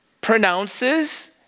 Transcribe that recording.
pronounces